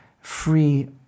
free